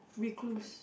recluse